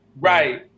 right